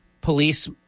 police